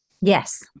Yes